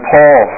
Paul